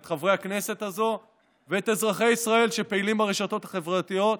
את חברי הכנסת הזאת ואת אזרחי ישראל שפעילים ברשתות החברתיות,